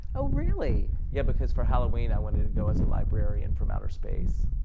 oh really. yeah, because for halloween, i wanted to go as a librarian from outer space.